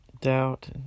doubt